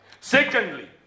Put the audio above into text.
Secondly